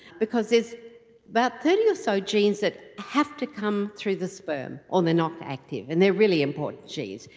because is about but thirty or so genes that have to come through the sperm or they're not active, and they are really important genes.